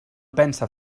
pense